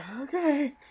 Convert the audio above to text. okay